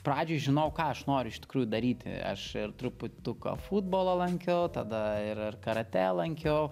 pradžioj žinojau ką aš noriu iš tikrųjų daryti aš ir truputuką futbolą lankiau tada ir karate lankiau